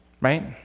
Right